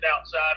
outside